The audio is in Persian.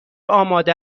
آماده